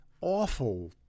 awful